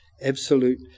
absolute